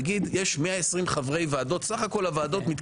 נגיד שיש 120 חברים בכל הוועדות.